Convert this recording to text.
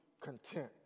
content